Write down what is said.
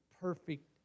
perfect